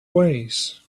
ways